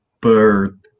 bird